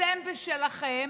אתם בשלכם,